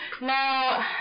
Now